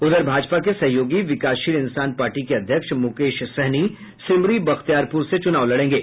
उधर भाजपा के सहयोगी विकासशील इंसान पार्टी के अध्यक्ष मुकेश सहनी सिमरी बख्तियापुर से चूनाव लड़ेंगे